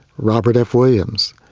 robert f williams,